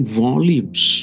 volumes